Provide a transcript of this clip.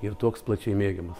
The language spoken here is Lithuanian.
ir toks plačiai mėgiamas